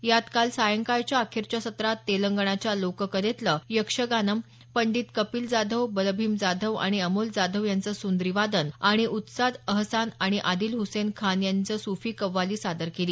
यात काल सायंकाळच्या अखेरच्या सत्रात तेलंगणाच्या लोककलेतलं यक्षगानम पंडीत कपिल जाधव बलभीम जाधव आणि अमोल जाधव यांचं सुंद्री वादन आणि उस्ताद अहसान आणि आदिल हसैन खान यांनी सुफी कव्वाली सादर केली